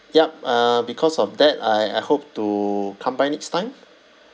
yup uh because of that I I hope to come by next time